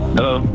Hello